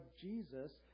Jesus